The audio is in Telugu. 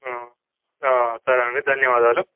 సరే అండి ధన్యవాదాలు